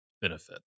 benefit